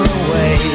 away